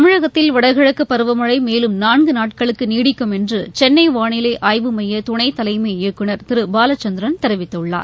தமிழகத்தில் வடகிழக்கு பருவமழை மேலும் நான்கு நாட்களுக்கு நீடிக்கும் என்று சென்னை வானிலை ஆய்வு மைய துணை தலைமை இயக்குனர் திரு பாலச்சந்திரன் தெரிவித்துள்ளார்